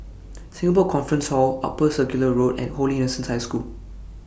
Singapore Conference Hall Upper Circular Road and Holy Innocents' High School